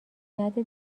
نده